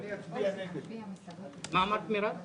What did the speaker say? טוב, אני הצעתי את ההצעה --- טוב,